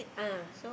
ah